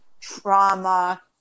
trauma